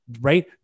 right